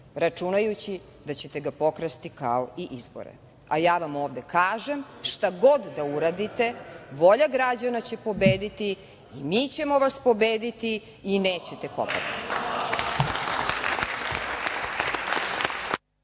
računajući da ćete ga pokrasti kao i izbore, a ja vam ovde kažem, šta god da uradite, volja građana će pobediti, i mi ćemo vas pobediti i nećete kopati.